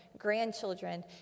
grandchildren